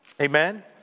Amen